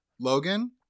Logan